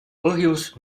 põhjus